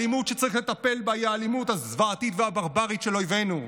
האלימות שצריך לטפל בה היא האלימות הזוועתית והברברית של אויבינו.